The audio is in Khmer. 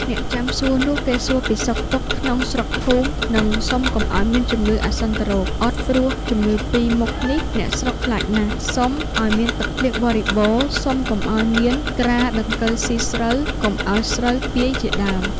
អ្នកចាំសួរនោះ គេសួរពីសុខទុក្ខក្នុងស្រុកភូមិ នឹងសុំកុំឲ្យមានជំងឺអាសន្នរោគ អុត ព្រោះជំងឺពីរ មុខនេះ អ្នកស្រុកខ្លាចណាស់ សុំឲ្យមានទឹកភ្លៀងបរិបូណ៌ សុំកុំឲ្យមានក្រាដង្កូវស៊ីស្រូវ កុំឲ្យស្រូវពាយ ជា ដើម ។